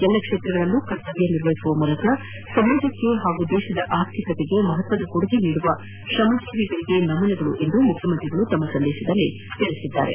ಎಲ್ಲ ಕ್ಷೇತ್ರಗಳಲ್ಲೂ ಕರ್ತವ್ಯ ನಿರ್ವಹಿಸುವ ಮೂಲಕ ಸಮಾಜಕ್ಕೆ ಹಾಗೂ ದೇಶದ ಆರ್ಥಿಕತೆಗೆ ಮಹತ್ತರ ಕೊಡುಗೆ ನೀಡುವ ಶ್ರಮಜೀವಿಗಳಿಗೆ ನಮನಗಳು ಎಂದು ಮುಖ್ಯಮಂತ್ರಿ ತಮ್ಮ ಸಂದೇಶದಲ್ಲಿ ತಿಳಿಸಿದ್ದಾರೆ